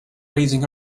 raising